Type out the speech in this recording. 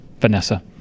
Vanessa